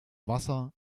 wasser